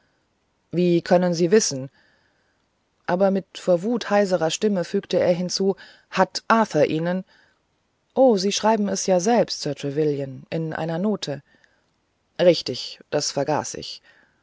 wie können sie wissen aber mit vor wut heiserer stimme fügte er hinzu hat arthur ihnen o sie schreiben es ja selber sir trevelyan in einer note richtig das vergaß ich